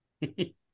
Hey